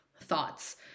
thoughts